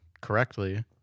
correctly